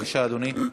בבקשה, אדוני.